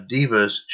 Divas